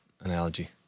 analogy